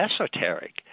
esoteric